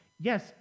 yes